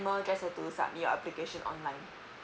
then you to submit your application online.